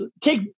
take